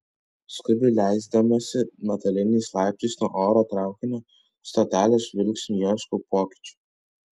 skubiai leisdamasi metaliniais laiptais nuo oro traukinio stotelės žvilgsniu ieškau pokyčių